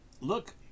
Look